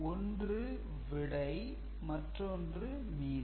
ஒன்று விடை மற்றொன்று மீதி